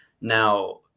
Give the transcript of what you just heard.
Now